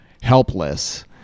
helpless